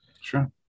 sure